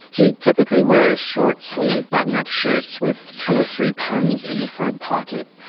he typically wears short sleeve button up shirts with two or three pens in the front pocket.